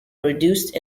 reduced